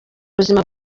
ubuzima